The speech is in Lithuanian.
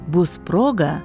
bus proga